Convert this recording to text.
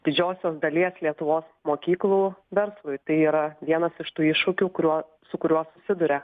didžiosios dalies lietuvos mokyklų verslui tai yra vienas iš tų iššūkių kuriuo su kuriuo susiduria